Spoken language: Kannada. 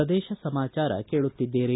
ಪ್ರದೇಶ ಸಮಾಚಾರ ಕೇಳುತ್ತಿದ್ದೀರಿ